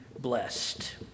blessed